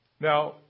Now